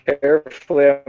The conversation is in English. carefully